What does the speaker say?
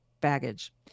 baggage